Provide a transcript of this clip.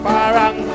Farang